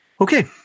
okay